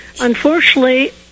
Unfortunately